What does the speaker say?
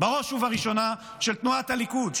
בראש ובראשונה של תנועת הליכוד,